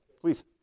please